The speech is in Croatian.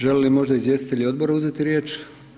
Žele li možda izvjestitelji odbora uzeti riječ?